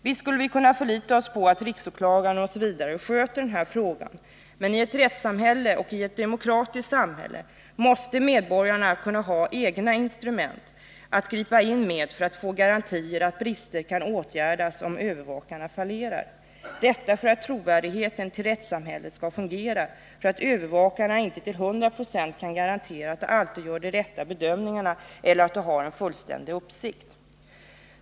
Visst skulle vi kunna förlita oss på att riksåklagaren m.fl. sköter den här frågan, men i ett rättssamhälle och i ett demokratiskt samhälle måste medborgarna kunna ha egna instrument att gripa in med för att få garantier att brister kan åtgärdas om övervakarna fallerar, detta för att trovärdigheten till rättssamhället skall fungera och därför att övervakarna inte till 100 20 kan garantera att de alltid gör de rätta bedömningarna eller att de har en fullständig uppsikt.